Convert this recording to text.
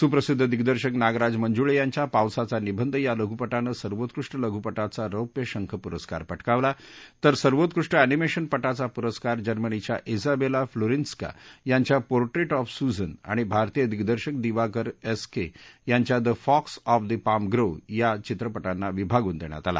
सुप्रसिद्ध दिग्दर्शक नागराज मंजुळे यांच्या पावसाचा निबंध या लघुपटानं सर्वोत्कृष्ट लघुपटाचा रौप्य शंख पुरस्कार पटकावला तर सर्वोत्कृष्ट अँनिमेशनपटाचा पुरस्कार जर्मनीच्या ज्ञाबेला प्लुसिन्स्का यांच्या पोर्टेट ऑफ सूझन आणि भारतीय दिग्दर्शक दिवाकर एस के यांच्या the fox of the palm grove या या चित्रपटांना विभागून देण्यात आला